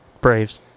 Braves